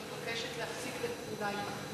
כשרשות מקומית מבקשת להפסיק את הפעולה עמה,